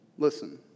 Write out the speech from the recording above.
Listen